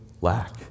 lack